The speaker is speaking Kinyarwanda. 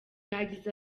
yagize